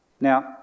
Now